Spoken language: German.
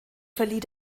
verlieh